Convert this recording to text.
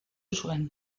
zuen